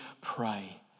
pray